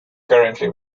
currently